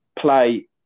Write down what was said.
play